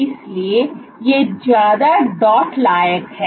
इसलिए ये ज्यादा डॉट लाइक हैं